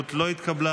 התקבלה.